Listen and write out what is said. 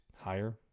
higher